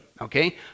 Okay